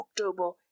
October